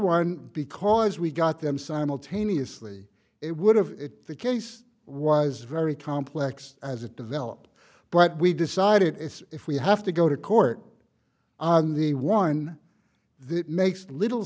one because we got them simultaneously it would have it the case was very complex as it developed but we decided as if we have to go to court on the one that makes little